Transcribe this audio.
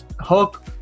hook